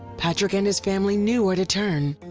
patrick and his family knew where to turn.